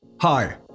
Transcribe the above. Hi